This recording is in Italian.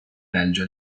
belgio